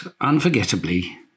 unforgettably